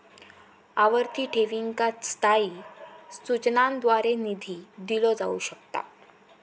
आवर्ती ठेवींका स्थायी सूचनांद्वारे निधी दिलो जाऊ शकता